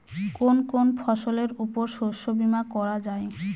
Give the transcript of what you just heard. কোন কোন ফসলের উপর শস্য বীমা করা যায়?